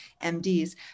MDs